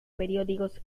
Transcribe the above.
periódicos